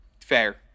Fair